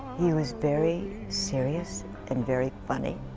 he was very serious and very funny,